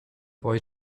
boy